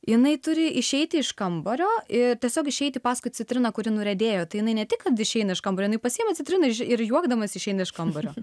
jinai turi išeiti iš kambario ir tiesiog išeiti paskui citriną kuri nuriedėjo tai jinai ne tik kad išeina iš kambario jinai pasiima citriną ir juokdamasi išeina iš kambario